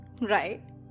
right